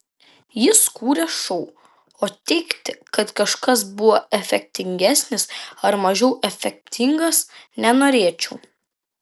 jis kūrė šou o teigti kad kažkas buvo efektingesnis ar mažiau efektingas nenorėčiau